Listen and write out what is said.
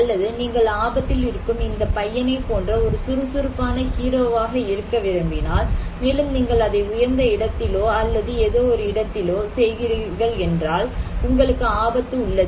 அல்லது நீங்கள் ஆபத்தில் இருக்கும் இந்த பையனைப் போன்ற ஒரு சுறுசுறுப்பான ஹீரோவாக இருக்க விரும்பினால் மேலும் நீங்கள் அதை உயர்ந்த இடத்திலோ அல்லது ஏதோ ஒரு இடத்திலோ செய்கிறீர்கள் என்றால் உங்களுக்கு ஆபத்து உள்ளது